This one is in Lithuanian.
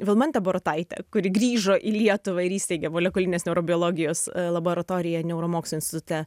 vilmante borutaite kuri grįžo į lietuvą ir įsteigė molekulinės neurobiologijos laboratoriją neuromokslų institute